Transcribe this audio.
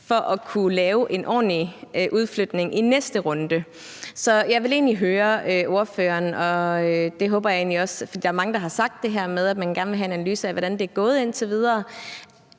for at kunne lave en ordentlig udflytning i næste runde. Så jeg vil egentlig høre ordføreren om noget, som der er mange der har sagt noget om, nemlig det her med, at man gerne vil have en analyse af, hvordan det er gået indtil videre.